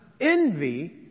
envy